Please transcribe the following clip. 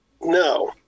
no